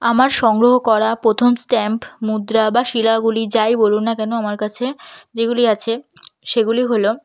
আমার সংগ্রহ করা প্রথম স্ট্যাম্প মুদ্রা বা শিলাগুলি যাই বলুন না কেন আমার কাছে যেগুলি আছে সেগুলি হল